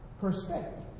perspective